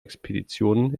expeditionen